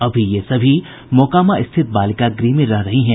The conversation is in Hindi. अभी ये सभी मोकामा स्थित बालिका गृह में रह रही हैं